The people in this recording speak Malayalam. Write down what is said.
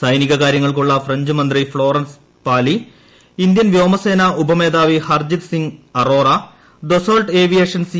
സൈനിക കാര്യങ്ങൾക്കുള്ള ഫ്രഞ്ച് മന്ത്രി ഫ്ളോറൻസ് പൂർലി ഇന്ത്യൻ വ്യോമസേന ഉപമേധാവി Harjit Singh Arora Dassault aviation C